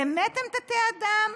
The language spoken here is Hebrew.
באמת הם תתי-אדם?